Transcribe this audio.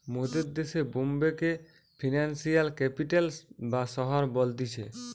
মোদের দেশে বোম্বে কে ফিনান্সিয়াল ক্যাপিটাল বা শহর বলতিছে